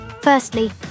Firstly